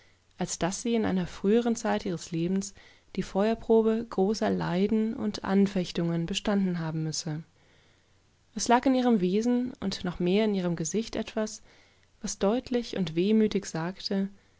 als daß sie in einer frühern zeit ihres lebens die feuerprobegroßerleidenundanfechtungenbestandenhabenmüsse es lag in ihrem wesen und noch mehr in ihrem gesicht etwas was deutlich und wehmütig sagte